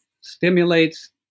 stimulates